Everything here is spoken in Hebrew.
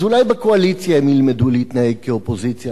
אז אולי בקואליציה הם ילמדו להתנהג כאופוזיציה.